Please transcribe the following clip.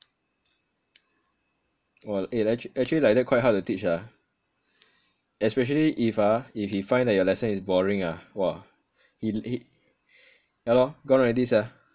!wah! eh actua~ actually like that quite hard to teach ah especially if ah if he find that your lesson is boring ah !wah! he he yah lor gone already